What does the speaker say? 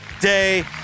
day